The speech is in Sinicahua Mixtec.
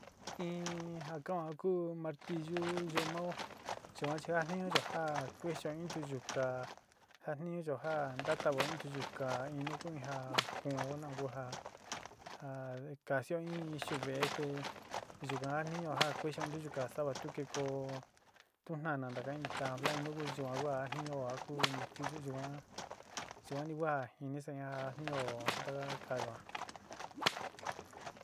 In ja kao ja ku martillú yu'u mao yuan chi jatniñuyo ja kuexeyo in ntiyikaá jatniñuyo ja ntatavao in ntiyikaá in nu kuun ja kuun na ku ja ja kaxío in xuvee te yukan jatniñuo ja kuexeo in ntiyiká sáava tu ki koó tu gnana ntaka in tabla in ntuku yuan kua ja jatniñuo a ku martillu yuan yuani ku a jinisaá ja jatnío taka kaá yuan.